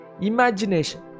Imagination